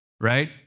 right